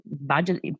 budget